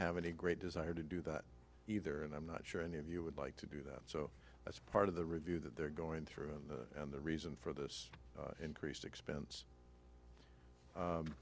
have any great desire to do that either and i'm not sure any of you would like to do that so that's part of the review that they're going through and the reason for this increased expense